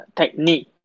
technique